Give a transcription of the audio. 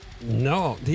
No